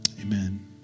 Amen